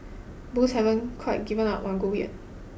Bulls haven't quite given up on gold yet